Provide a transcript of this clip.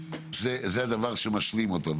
זה הדבר שמשווים אותו.